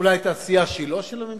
אולי בתעשייה שהיא לא של הממשלה.